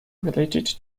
related